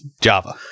Java